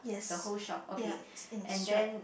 the whole shop okay and then